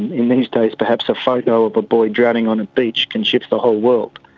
in these days perhaps a photo of a boy drowning on a beach can shift the whole world,